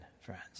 friends